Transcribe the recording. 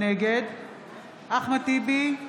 נגד אחמד טיבי,